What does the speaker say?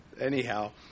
Anyhow